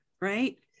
right